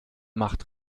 macht